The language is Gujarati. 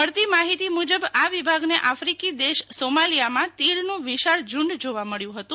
મળતી માહિતી મુજબ આ વિભાગને આફ્રિકી દેશ સોમાલિયામાં તીડનું વિશાળ ઝુંડ જોવા મળ્યું હતું